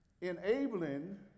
enabling